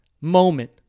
moment